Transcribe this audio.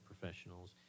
professionals